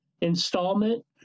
installment